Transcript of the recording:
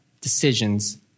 decisions